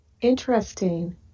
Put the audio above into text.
Interesting